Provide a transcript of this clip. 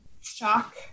shock